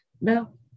No